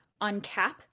uncap